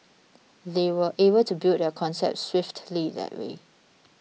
they were able to build their concept swiftly that way